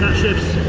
shifts!